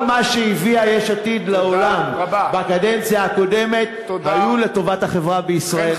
כל מה שהביאה יש עתיד לעולם בקדנציה הקודמת היה לטובת החברה בישראל,